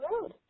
road